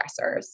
stressors